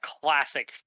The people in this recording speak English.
classic